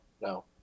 No